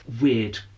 weird